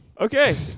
Okay